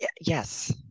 Yes